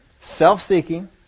Self-seeking